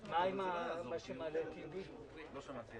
יש כאן מדרג של עד גיל 28 ומעל גיל 28